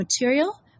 material